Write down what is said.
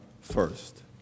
first